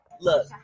Look